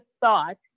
thought